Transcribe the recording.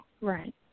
Right